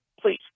Please